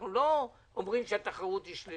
אנחנו לא אומרים שהתחרות שלילית.